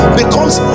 becomes